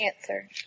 answer